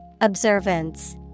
Observance